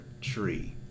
tree